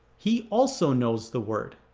he also knows the word.